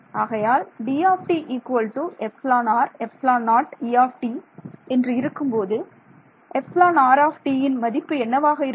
ஆகையால் என்று இருக்கும்போது εrன் மதிப்பு என்னவாக இருக்கும்